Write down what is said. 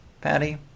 patty